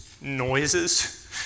noises